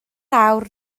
awr